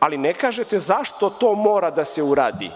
Ali, ne kažete zašto to mora da se uradi,